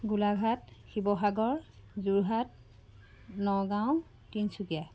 Golaghat Sivasagar Jorhat Nagaon Tinsukia